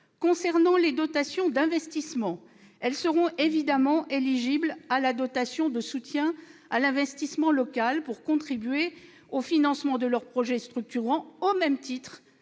concerne les dotations d'investissement, elles seront évidemment éligibles à la dotation de soutien à l'investissement local, pour contribuer au financement de leurs projets structurants, au même titre